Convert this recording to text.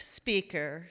speaker